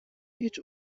هیچ